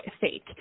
fake